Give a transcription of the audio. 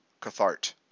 cathart